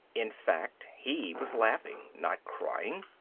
in fact he was laughing, not crying.